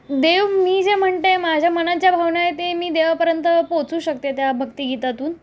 देव मी जे म्हणते माझ्या मनात ज्या भावना आहेत ते मी देवापर्यंत पोचू शकते त्या भक्तिगीतातून